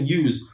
use